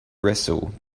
wrestle